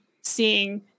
seeing